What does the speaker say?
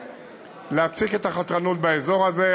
יהיה להפסיק את החתרנות באזור הזה.